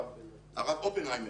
הרב אופנהיימר